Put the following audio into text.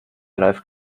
läuft